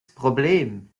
problem